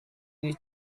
you